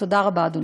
תודה רבה, אדוני.